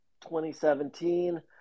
2017